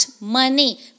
money